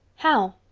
how?